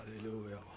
hallelujah